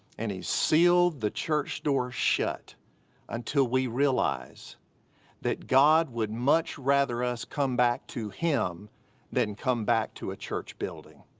and he's sealed the church doors shut until we realize that god would much rather us come back to him than come back to a church building.